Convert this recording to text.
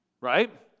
right